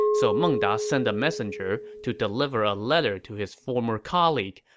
so meng da sent a messenger to deliver a letter to his former colleague,